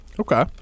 Okay